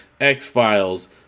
X-Files